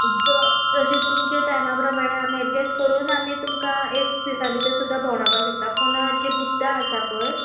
जशें तुमचे टायमा प्रमाणे आमी एडजस्ट करून आमी तुमकां एक दिसा भितर सुद्दां भोंवणावपाक शकता पूण जी बुद्दां आसा पळय